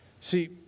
See